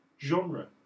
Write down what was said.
genre